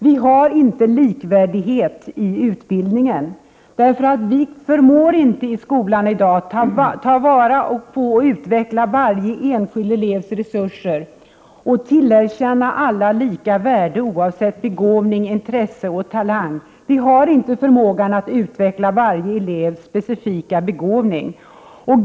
Vi har inte likvärdighet i utbildningen därför att vi inte förmår TT attiskolan ta vara på och utveckla varje enskild elevs resurser och tillerkänna alla likvärdighet oavsett begåvning, intresse och talang. Vi har inte förmågan att utveckla varje elevs specifika begåvning.